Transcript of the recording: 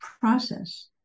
process